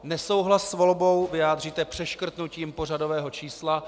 Nesouhlas s volbou vyjádříte přeškrtnutím pořadového čísla.